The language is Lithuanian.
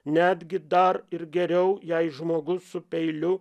netgi dar ir geriau jei žmogus su peiliu